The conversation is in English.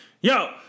Yo